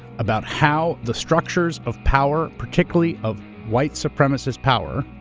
about how the structures of power particularly of white supremacist power,